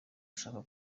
ushaka